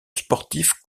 sportif